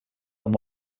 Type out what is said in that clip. amb